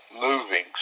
moving